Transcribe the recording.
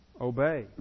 obey